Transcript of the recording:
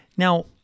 Now